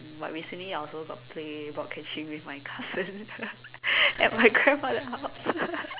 but recently I also got play block catching with my cousins at my grandmother house